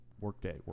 Workday